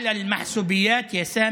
(אומר בערבית: על הפרוטקציה, סמי,